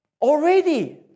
already